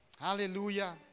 Hallelujah